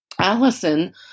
Allison